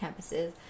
campuses